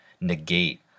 negate